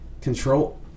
Control